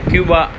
Cuba